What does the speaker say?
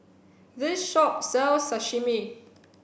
this shop sells Sashimi